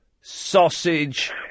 sausage